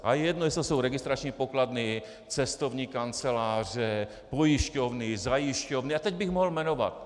A je jedno, jestli to jsou registrační pokladny, cestovní kanceláře, pojišťovny, zajišťovny a teď bych mohl jmenovat.